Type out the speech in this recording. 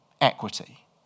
equity